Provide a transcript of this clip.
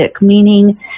meaning